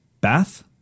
bath